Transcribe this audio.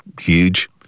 huge